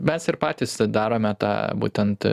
mes ir patys tai darome tą būtent